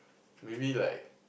maybe like